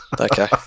Okay